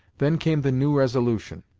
then came the new resolution,